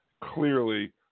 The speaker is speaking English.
Clearly